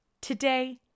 Today